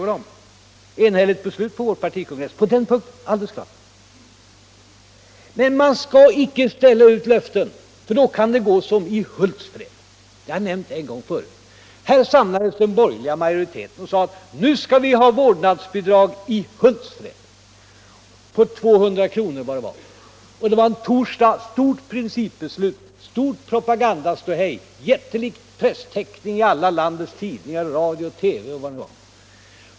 Det var ett enhälligt beslut på vår partikongress på den punkten. Men man skall icke ställa ut löften, för då kan det gå som i Hultsfred - jag har nämnt detta tidigare. Där samlades den borgerliga majoriteten och sade: Nu skall vi ha ett vårdnadsbidrag i Hultsfred på, vill jag minnas, 200 kr. Man fattade ett stort principbeslut och gjorde stort propagandaståhej med en jättelik presstäckning i alla landets tidningar, i radio och TV. Detta var på torsdagen.